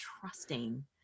trusting